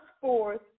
forth